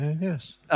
yes